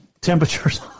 temperatures